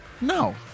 No